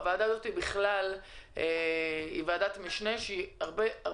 הוועדה הזו היא ועדת משנה והיא אמורה